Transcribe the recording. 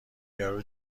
یارو